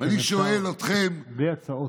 ואני שואל אתכם, רק, בלי הצעות.